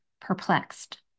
perplexed